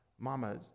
Mama